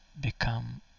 become